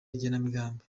igenamigambi